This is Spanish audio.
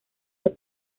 los